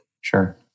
Sure